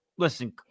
Listen